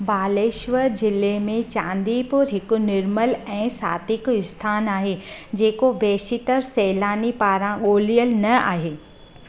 बालेश्वर ज़िले में चांदीपुर हिकु निर्मलु ऐं सादिक स्थानु आहे जेको बेशितरु सैलानी पारां गो॒ल्हियल न आहे